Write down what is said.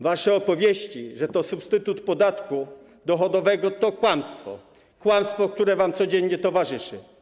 Wasze opowieści, że to substytut podatku dochodowego, to kłamstwo, które wam codziennie towarzyszy.